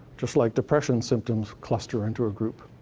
just like depression symptoms cluster into a group.